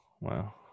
wow